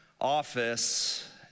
office